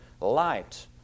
light